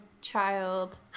child